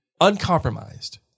uncompromised